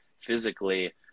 physically